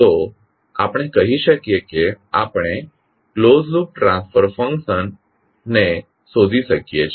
તો આપણે કહી શકીએ કે આપણે ક્લોસ્ડ લૂપ ટ્રાન્સફર ફંક્શન શોધી શકીએ છીએ